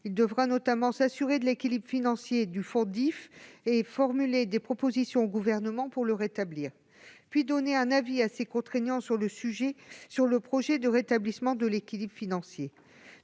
devra notamment s'assurer de l'équilibre financier du fonds DIFE, formuler des propositions au Gouvernement pour le rétablir, puis donner un avis assez contraignant sur le projet de rétablissement de l'équilibre financier.